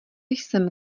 jsem